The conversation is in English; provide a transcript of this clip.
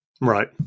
right